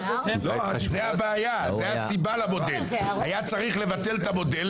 היה צריך לבטל את המודל,